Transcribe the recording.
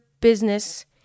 business